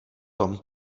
tom